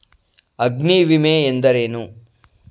ಅಗ್ನಿವಿಮೆ ಎಂದರೇನು?